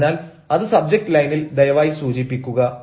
അതിനാൽ അത് സബ്ജക്റ്റ് ലൈനിൽ ദയവായി സൂചിപ്പിക്കുക